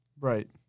Right